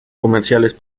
comerciales